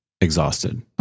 Exhausted